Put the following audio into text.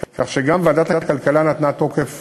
כך שגם ועדת הכלכלה נתנה תוקף